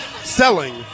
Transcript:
selling